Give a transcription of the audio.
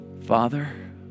Father